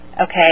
Okay